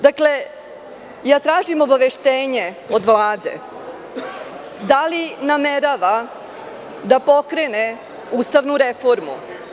Dakle, tražim obaveštenje od Vlade – da li namerava da pokrene ustavnu reformu?